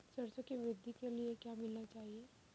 सरसों की वृद्धि के लिए क्या मिलाना चाहिए?